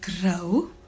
grow